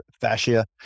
fascia